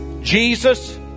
Jesus